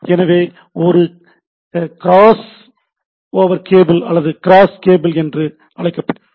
எனவே இது ஒரு 'கிராஸ் ஓவர் கேபிள்' அல்லது 'கிராஸ் கேபிள்' என்று அழைக்கப்படுகிறது